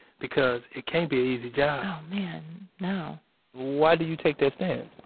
because it can't be a easy job oh, man. no why do you take that stance?